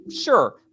Sure